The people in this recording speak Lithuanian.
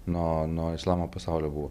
nuo nuo islamo pasaulio buvo